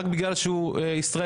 רק בגלל שהוא ישראלי,